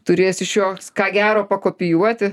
turės iš jos ką gero pakopijuoti